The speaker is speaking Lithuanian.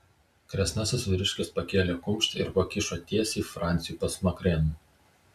kresnasis vyriškis pakėlė kumštį ir pakišo tiesiai franciui pasmakrėn